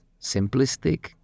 simplistic